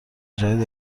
جدید